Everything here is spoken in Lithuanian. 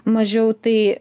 mažiau tai